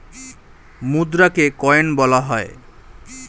মুদ্রাকে coin বলা হয়